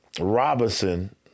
Robinson